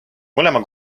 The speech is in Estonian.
mõlema